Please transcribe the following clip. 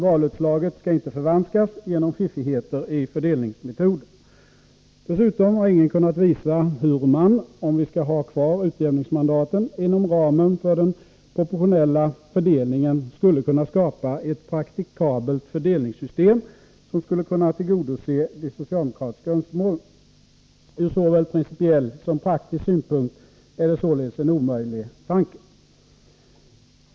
Valutslaget skall inte förvanskas genom fiffigheter i fördelningsmetoden. Dessutom har ingen kunnat visa hur man — om vi skall ha kvar utjämningsmandaten - inom ramen för den proportionella fördelningen skulle kunna skapa ett praktikabelt fördelningssystem som skulle kunna tillgodose de socialdemokratiska önskemålen. Ur såväl principiell som praktisk synpunkt är det således en omöjlig tanke.